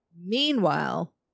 Meanwhile